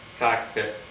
cockpit